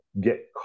get